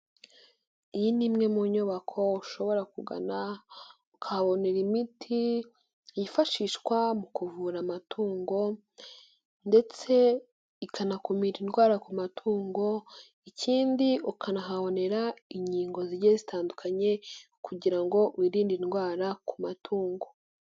Iyi ni imwe mu nyubako ushobora kugana ukahabonera imiti yifashishwa mu kuvura amatungo ndetse ikanakumira indwara ku matungo, ikindi ukanahabonera inkingo zigiye zitandukanye kugira ngo wirinde indwara ku matungo.